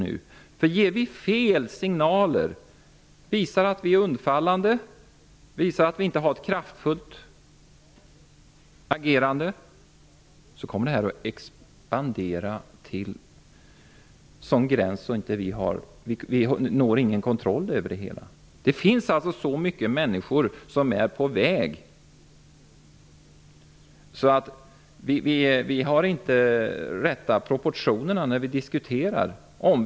Om vi ger fel signaler -- visar att vi är undfallande och att vi inte har ett kraftfullt agerande -- kommer problemet att expandera så att vi inte får någon kontroll över det. Det är alltså många människor som är på väg. Vi har inte de rätta proportionerna när vi diskuterar detta.